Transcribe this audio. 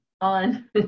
on